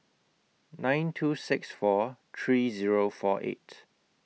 nine two six four three Zero four eight